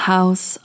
House